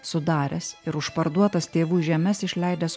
sudaręs ir už parduotas tėvų žemes išleidęs